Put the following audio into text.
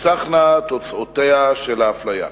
תונצחנה תוצאותיה של האפליה".